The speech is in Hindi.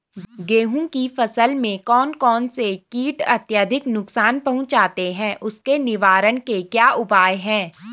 गेहूँ की फसल में कौन कौन से कीट अत्यधिक नुकसान पहुंचाते हैं उसके निवारण के क्या उपाय हैं?